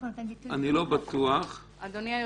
אדוני היושב-ראש,